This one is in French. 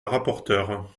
rapporteure